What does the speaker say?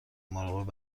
مراقب